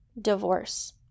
divorce